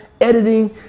editing